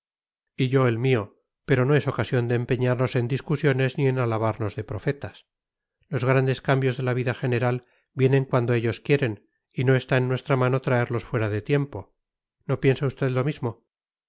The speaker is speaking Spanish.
y yo el mío pero no es ocasión de empeñarnos en discusiones ni en alabarnos de profetas los grandes cambios de la vida general vienen cuando ellos quieren y no está en nuestra mano traerlos fuera de tiempo no piensa usted lo mismo